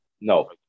No